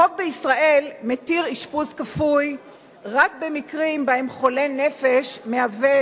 החוק בישראל מתיר אשפוז כפוי רק במקרים שבהם חולה נפש מהווה